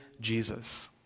Jesus